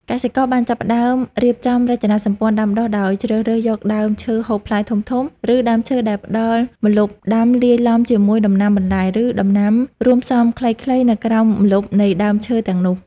កសិករបានចាប់ផ្ដើមរៀបចំរចនាសម្ព័ន្ធដាំដុះដោយជ្រើសរើសយកដើមឈើហូបផ្លែធំៗ ឬដើមឈើដែលផ្ដល់ម្លប់ដាំលាយឡំជាមួយដំណាំបន្លែ ឬដំណាំរួមផ្សំខ្លីៗនៅក្រោមម្លប់នៃដើមឈើទាំងនោះ។